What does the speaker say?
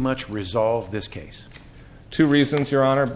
much resolve this case two reasons your honor